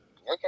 Okay